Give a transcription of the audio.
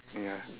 ya